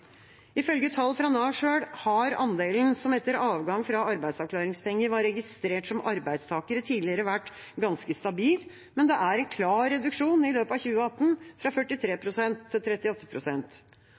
Ifølge tall fra Nav selv har andelen som etter avgang fra arbeidsavklaringspenger var registrert som arbeidstakere, tidligere vært ganske stabil, men det er en klar reduksjon i løpet av 2018, fra 43